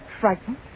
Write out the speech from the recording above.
Frightened